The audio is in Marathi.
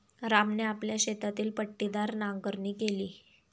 रामने आपल्या शेतातील पट्टीदार नांगरणी केली